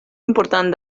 important